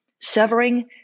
severing